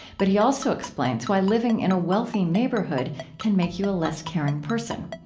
but he also explains why living in a wealthy neighborhood can make you a less caring person.